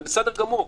זה בסדר גמור.